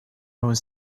was